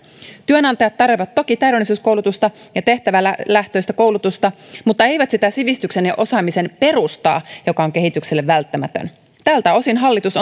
työnantajat tarjoavat toki täydennyskoulutusta ja tehtävälähtöistä koulutusta mutta eivät sitä sivistyksen ja osaamisen perustaa joka on kehitykselle välttämätön tältä osin hallitus